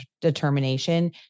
determination